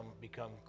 become